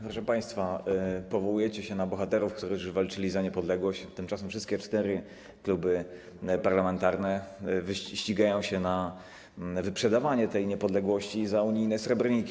Proszę państwa, powołujecie się na bohaterów, którzy walczyli za niepodległość, tymczasem wszystkie cztery kluby parlamentarne ścigają się na wyprzedawanie tej niepodległości za unijne srebrniki.